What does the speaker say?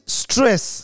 stress